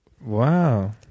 Wow